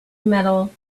metal